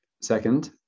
Second